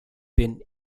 been